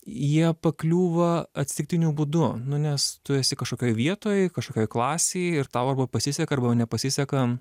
jie pakliūva atsitiktiniu būdu nu nes tu esi kažkokioj vietoj kažkokioj klasėj ir tau arba pasiseka arba nepasiseka